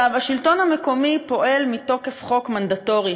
השלטון המקומי פועל מתוקף חוק מנדטורי,